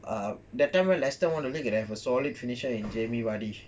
ah that time leicester have a solid finisher in jaime vardy